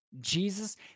Jesus